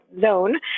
zone